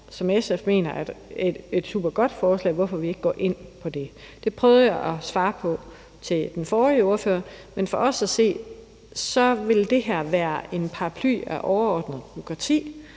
at det her er et supergodt forslag, og hvorfor går vi ikke ind for det? Det prøvede jeg at give den forrige ordfører svar på. For os at se ville det her være en paraply af overordnet bureaukrati,